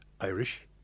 Irish